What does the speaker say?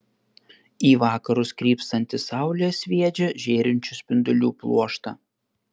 į vakarus krypstanti saulė sviedžia žėrinčių spindulių pluoštą